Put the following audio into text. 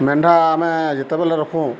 ମେଣ୍ଢା ଆମେ ଯେତେବେଲେ ରଖୁଁ